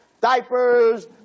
diapers